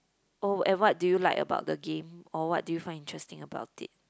oh and what do you like about the game or what do you find interesting about it